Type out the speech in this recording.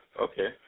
Okay